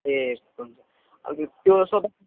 ए हुन्छ अनि त्यो सोफा